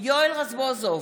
יואל רזבוזוב,